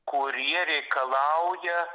kurie reikalauja